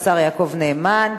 השר יעקב נאמן.